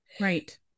Right